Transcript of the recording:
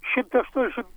šimta aštuoniasdešimt